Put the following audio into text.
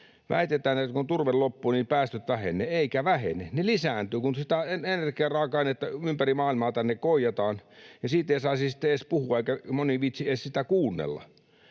Väitetään, että kun turve loppuu, niin päästöt vähenevät. Eivätkä vähene, ne lisääntyvät, kun sitä energiaraaka-ainetta ympäri maailmaa tänne roijataan, ja siitä ei saisi sitten edes puhua, eikä moni viitsi edes